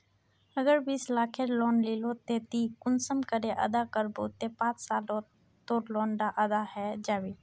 अगर बीस लाखेर लोन लिलो ते ती कुंसम करे अदा करबो ते पाँच सालोत तोर लोन डा अदा है जाबे?